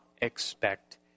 expect